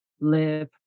live